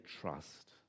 trust